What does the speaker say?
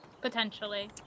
Potentially